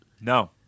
no